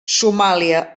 somàlia